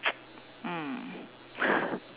mm